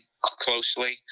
closely